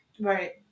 Right